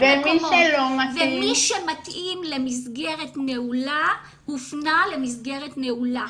ומי שמתאים למסגרת נעולה הופנה למסגרת נעולה.